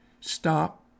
Stop